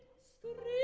stupid